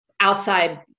outside